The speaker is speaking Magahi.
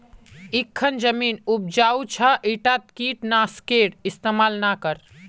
इखन जमीन उपजाऊ छ ईटात कीट नाशकेर इस्तमाल ना कर